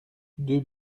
deux